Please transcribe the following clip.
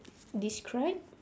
describe